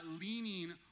leaning